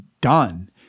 done